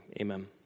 Amen